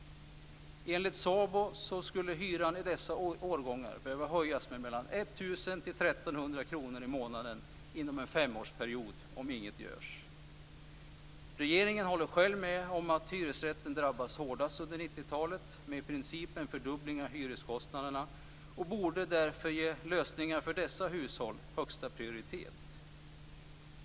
Enligt SABO skulle hyran i dessa årgångar behöva höjas med mellan 1 000 och Regeringen håller själv med om att hyresrätten drabbats hårdast under 90-talet med i princip en fördubbling av hyreskostnaderna och borde därför ge lösningar för dessa hushåll högsta prioritet.